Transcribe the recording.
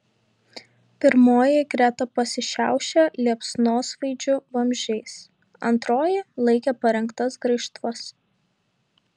pirmoji greta pasišiaušė liepsnosvaidžių vamzdžiais antroji laikė parengtas graižtvas